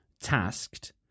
tasked